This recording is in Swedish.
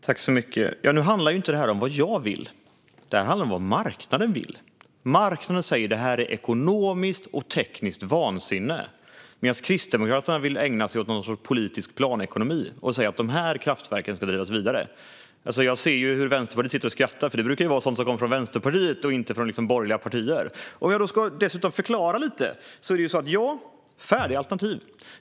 Fru talman! Det här handlar inte om vad jag vill. Det handlar om vad marknaden vill. Marknaden säger att det är ekonomiskt och tekniskt vansinne. Men Kristdemokraterna vill ägna sig åt någon sorts politisk planekonomi och säger att de här kraftverken ska drivas vidare. Jag ser att ledamöterna från Vänsterpartiet sitter och skrattar. Det brukar ju vara sådant som kommer från Vänsterpartiet och inte från borgerliga partier. Jag ska förklara lite. Ja, det finns färdiga alternativ.